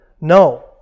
no